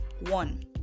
One